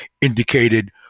indicated